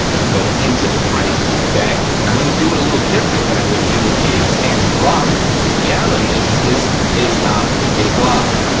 to go into the frame, okay? and i'm gonna do it a little than i would do a standard glock, because the reality is, is this is not a glock.